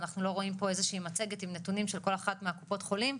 ואנחנו לא רואים פה איזו שהיא מצגת עם נתונים של כל אחת מקופות החולים,